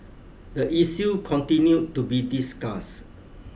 the issue continued to be discussed